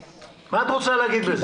מה את רוצה להגיד בזה?